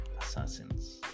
assassins